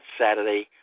Saturday